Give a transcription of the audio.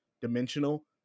dimensional